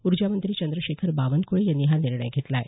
ऊर्जामंत्री चंद्रशेखर बावनक्ळे यांनी हा निर्णय घेतला आहे